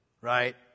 Right